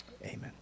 Amen